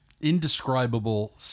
indescribable